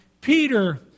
Peter